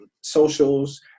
socials